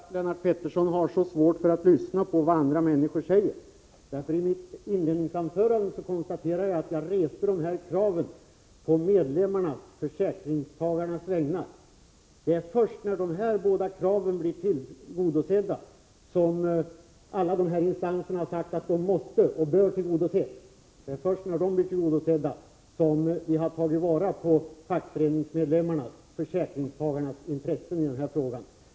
Herr talman! Jag beklagar här att Lennart Pettersson har så svårt att lyssna på vad andra människor säger. I mitt inledningsanförande konstaterade jag att jag reste dessa krav på medlemmarnas-försäkringstagarnas vägnar. Det är först när dessa båda krav blir tillgodosedda — och alla dessa instanser har ansett att de måste tillgodoses — som vi har tillvaratagit fackföreningsmedlemmarnas-försäkringstagarnas intresse i denna fråga.